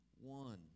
one